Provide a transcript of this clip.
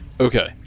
Okay